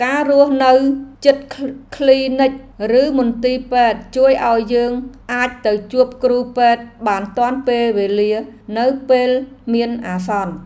ការរស់នៅជិតគ្លីនិកឬមន្ទីរពេទ្យជួយឱ្យយើងអាចទៅជួបគ្រូពេទ្យបានទាន់ពេលវេលានៅពេលមានអាសន្ន។